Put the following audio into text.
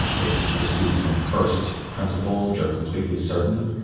it proceeds from first principles, which are completely certain,